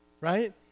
right